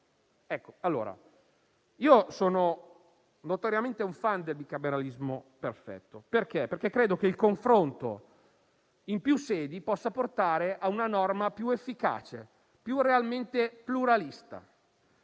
così com'è. Sono notoriamente un *fan* del bicameralismo perfetto, perché credo che il confronto in più sedi possa portare a una norma più efficace e realmente pluralista.